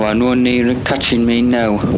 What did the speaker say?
ah no nearer catching me now